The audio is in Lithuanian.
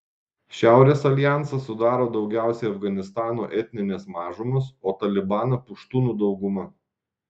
šiaurės aljansą sudaro daugiausiai afganistano etninės mažumos o talibaną puštūnų dauguma